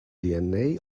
dna